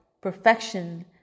perfection